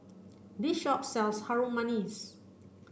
this shop sells Harum Manis